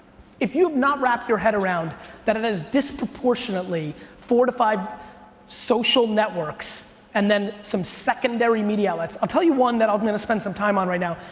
if you've not wrapped your head around that it is disproportionately four to five social networks and then some secondary media outlets. i'll tell you one that i'm gonna spend some time on right now.